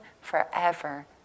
forever